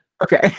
Okay